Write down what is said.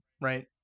Right